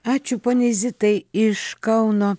ačiū poniai zitai iš kauno